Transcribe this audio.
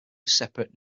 separate